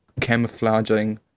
camouflaging